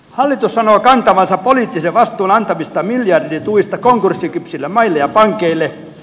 hallitus sanoo kantavansa poliittisen vastuun antamistaan miljardituista konkurssikypsille maille ja pankeille